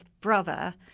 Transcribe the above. brother